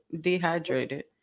dehydrated